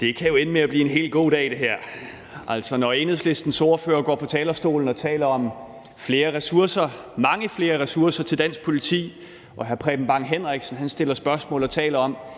her kan jo ende med at blive en helt god dag. Altså, når Enhedslistens ordfører går på talerstolen og taler om mange flere ressourcer til dansk politi og hr. Preben Bang Henriksen stiller spørgsmål og taler om